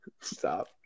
Stop